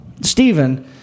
Stephen